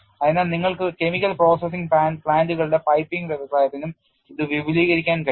അതിനാൽ നിങ്ങൾക്ക് chemical processing പ്ലാന്റുകളുള്ള പൈപ്പിംഗ് വ്യവസായത്തിനും ഇത് വിപുലീകരിക്കാൻ കഴിയും